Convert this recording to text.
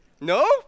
No